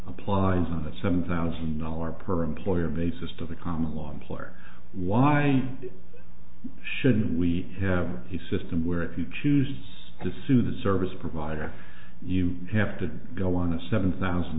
applies on the seven thousand dollars per employer basis to the common law employer why shouldn't we have the system where if you choose to sue the service provider you have to go on a seven thousand